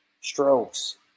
Strokes